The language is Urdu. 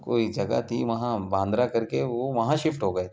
کوئی جگہ تھی وہاں باندرا کر کے وہ وہاں شفٹ ہو گئے تھے